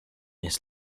his